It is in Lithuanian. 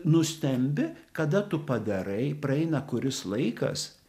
nustembi kada tu padarai praeina kuris laikas